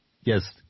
Yes